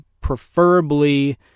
preferably